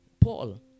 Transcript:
Paul